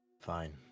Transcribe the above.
fine